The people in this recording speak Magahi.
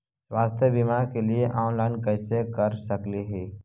स्वास्थ्य बीमा के लिए ऑनलाइन कैसे कर सकली ही?